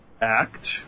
act